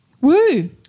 Woo